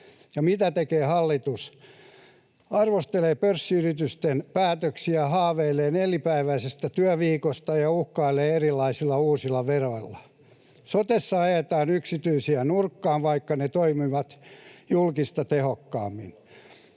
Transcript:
Ja mitä tekee hallitus? Arvostelee pörssiyritysten päätöksiä, haaveilee nelipäiväisestä työviikosta ja uhkailee erilaisilla uusilla veroilla. Sotessa ajetaan yksityisiä nurkkaan, vaikka ne toimivat julkista tehokkaammin.